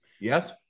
Yes